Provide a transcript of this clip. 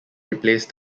replaced